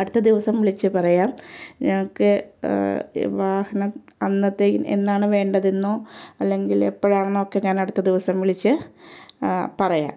അടുത്ത ദിവസം വിളിച്ചു പറയാം ഞങ്ങൾക്ക് വാഹനം അന്നത്തേക്ക് എന്നാണ് വേണ്ടതെന്നോ അല്ലെങ്കിൽ എപ്പഴാന്നൊക്കെ അടുത്തദിവസം വിളിച്ച് പറയാം